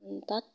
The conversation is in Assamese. তাত